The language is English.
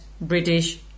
British